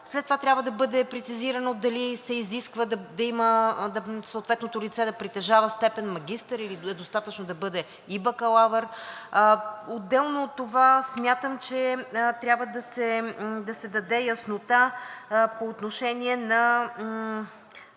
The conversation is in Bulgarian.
След това трябва да бъде прецизирано дали се изисква съответното лице да притежава степен магистър, или е достатъчно да бъде и бакалавър. Отделно от това смятам, че трябва да се даде яснота по отношение на